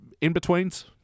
in-betweens